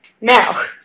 Now